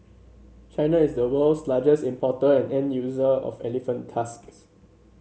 China is the world's largest importer and end user of elephant tusks